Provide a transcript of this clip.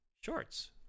shorts